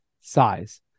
size